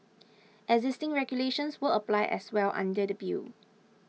existing regulations will apply as well under the bill